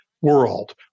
world